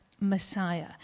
Messiah